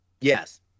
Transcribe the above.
Yes